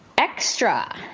Extra